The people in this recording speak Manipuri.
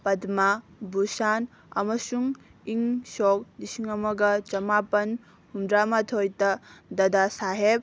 ꯄꯗꯃꯥ ꯕꯨꯁꯥꯟ ꯑꯃꯁꯨꯡ ꯏꯪ ꯁꯣꯛ ꯂꯤꯁꯤꯡ ꯑꯃꯒ ꯆꯃꯥꯄꯟ ꯍꯨꯝꯗ꯭ꯔꯥꯃꯥꯊꯣꯏꯗ ꯗꯗꯥ ꯁꯥꯍꯦꯞ